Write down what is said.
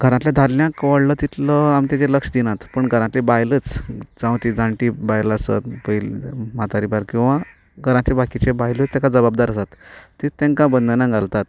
घरांतल्या दादल्यांक व्हडलो तितलो आमी ताचेर लक्ष दिनात पूण घरांतली बायलच जावं ती जाणटी बायल आसत म्हातारी बायल किंवा घराच्यो बाकीच्यो बायलोच ताका जबाबदार आसात तींच तांका बंधना घालतात